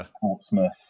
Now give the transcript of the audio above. Portsmouth